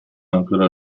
ancora